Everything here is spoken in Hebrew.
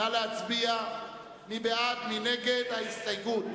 נא להצביע, מי בעד, מי נגד ההסתייגויות?